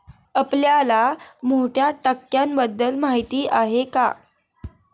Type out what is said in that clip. आपल्याला मोठ्या टाक्यांबद्दल माहिती आहे का?